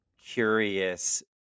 curious